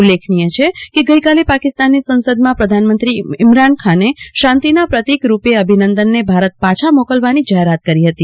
ઉલ્લેખનિય છે કેગઈકાલે પાકિસ્તાનની સંસદમાં પ્રધાનમંત્રી ઈમરાન ખાને શાંતિના પ્રતિકરૂપે અભિનંદનને ભારત પાછા મોકલવાની જાહેરાત કરી હતી